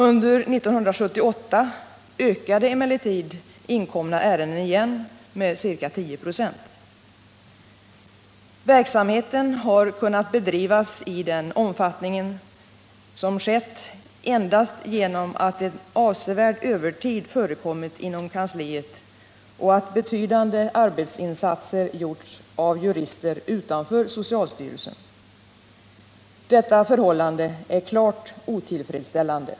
Under 1978 ökade emellertid antalet inkomna ärenden igen med ca 10 26. Verksamheten har kunnat bedrivas i den omfattning som skett endast genom att en avsevärd övertid förekommit inom kansliet och betydande arbetsinsatser gjorts av jurister utanför socialstyrelsen. Detta förhållande är klart otillfredsställande.